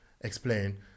explain